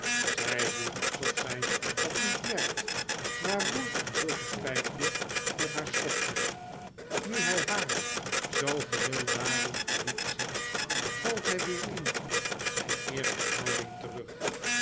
zjj doet alsof zy het niet merkt maar roert en vult het pijpje met haar schopje nu hij haar zoo geheel daarin verdiept ziet valt hij weer in zijne eerstehouding terug